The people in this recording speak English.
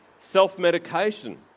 Self-medication